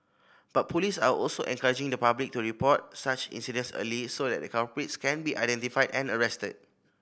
but police are also encouraging the public to report such incidents early so that culprits can be identified and arrested